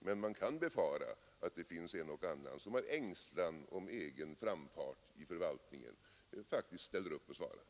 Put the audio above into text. Men man kan befara att det finns de som av ängslan om sin egen framtid i förvaltningen faktiskt ställer upp och svarar.